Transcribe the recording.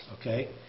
okay